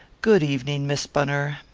good evening, miss bunner,